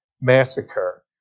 massacre